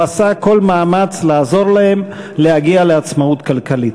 עשה כל מאמץ לעזור להם להגיע לעצמאות כלכלית.